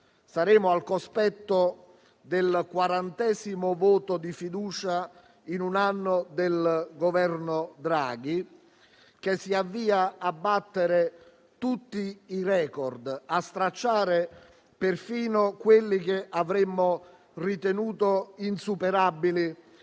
saremo al cospetto del quarantesimo voto di fiducia in un anno del Governo Draghi, che si avvia a battere tutti i *record*, stracciando perfino quelli che avremmo ritenuto insuperabili